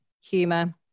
humour